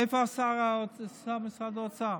איפה השר במשרד האוצר?